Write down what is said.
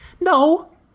No